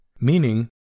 Meaning